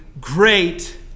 great